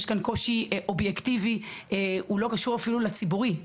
יש כאן קושי אובייקטיבי שלא קשור אפילו לציבורי.